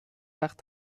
وقت